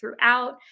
throughout